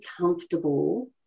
comfortable